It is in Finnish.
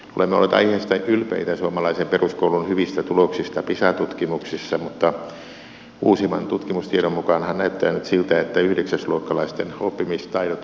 olemme olleet aiheesta ylpeitä suomalaisen peruskoulun hyvistä tuloksista pisa tutkimuksissa mutta uusimman tutkimustiedon mukaanhan näyttää nyt siltä että yhdeksäsluokkalaisten oppimistaidot ovat heikentyneet